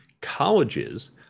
Colleges